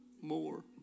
more